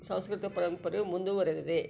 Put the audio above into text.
ಸಾಂಸ್ಕೃತಿಕ ಪರಂಪರೆಯು ಮುಂದುವರೆದಿದೆ